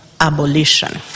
Abolition